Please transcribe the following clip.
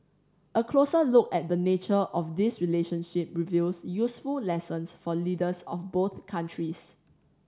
a closer look at the nature of this relationship reveals useful lessons for leaders of both countries